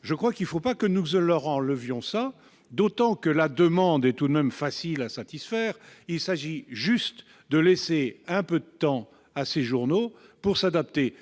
à lui. Il ne faut pas que nous lui enlevions cela, d'autant que notre demande est tout de même facile à satisfaire : il s'agit juste de laisser un peu de temps à ces journaux pour s'adapter.